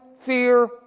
fear